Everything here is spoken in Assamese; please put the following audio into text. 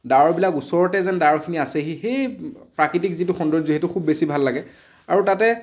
ডাৱৰবিলাক ওচৰতে যেন ডাৱৰখিনি আছেহি সেই প্ৰাকৃতিক যিটো সৌন্দৰ্য সেইটো খুব বেছি ভাল লাগে আৰু তাতে